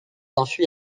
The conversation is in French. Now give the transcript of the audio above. enfui